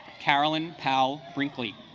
carolyn pal brinkley